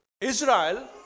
Israel